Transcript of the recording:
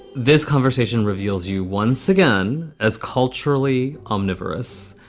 this conversation reveals you once again as culturally omnivorous.